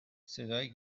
صدای